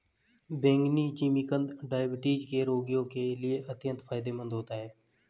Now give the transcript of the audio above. बैंगनी जिमीकंद डायबिटीज के रोगियों के लिए अत्यंत फायदेमंद होता है